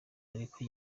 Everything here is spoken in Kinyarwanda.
ariko